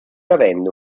avendo